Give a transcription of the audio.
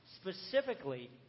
specifically